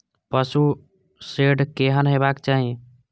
पशु शेड केहन हेबाक चाही?